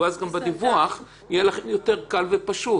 -- ואז גם בדיווח יהיה לכם יותר קל ופשוט.